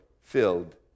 filled